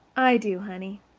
i do, honey.